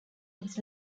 its